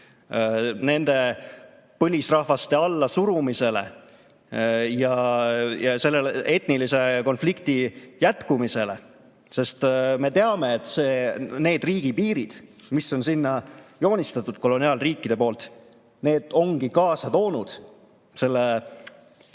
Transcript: nende põlisrahvaste allasurumisele ja etnilise konflikti jätkumisele, sest me teame, et need riigipiirid, mille on sinna joonistanud koloniaalriigid, ongi kaasa toonud selle